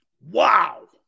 Wow